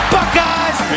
Buckeyes